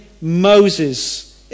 Moses